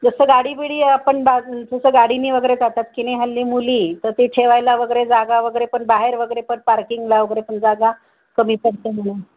जसं गाडी बिडी आपण बा जसं गाडीनी वगैरे जातात किनई हल्ली मुली तर ते ठेवायला वगैरे जागा वगैरे पण बाहेर वगैरे पण पार्किंगला वगैरे पण जागा कमी पडते म्हणून